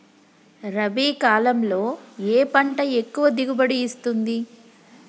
రబీ కాలంలో ఏ పంట ఎక్కువ దిగుబడి ఇస్తుంది?